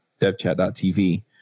devchat.tv